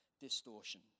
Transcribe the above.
distortion